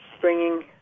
bringing